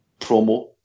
promo